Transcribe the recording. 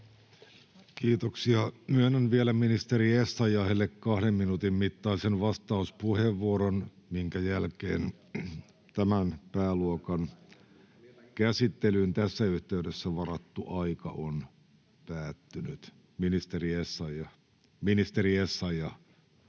Kiitoksia. — Myönnän vielä ministeri Essayahille kahden minuutin mittaisen vastauspuheenvuoron, minkä jälkeen tämän pääluokan käsittelyyn tässä yhteydessä varattu aika on päättynyt. — Ministeri Essayah.